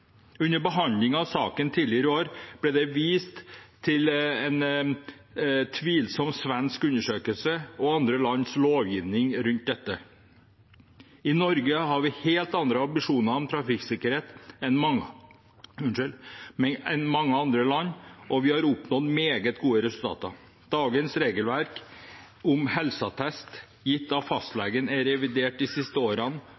Under behandlingen av saken tidligere i år ble det vist til en tvilsom svensk undersøkelse og andre lands lovgivning rundt dette. I Norge har vi helt andre ambisjoner om trafikksikkerhet enn mange andre land, og vi har oppnådd meget gode resultater. Dagens regelverk om helseattest gitt av